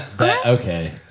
Okay